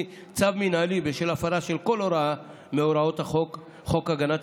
צו מינהלי בשל הפרה של כל הוראה מהוראות חוק הגנת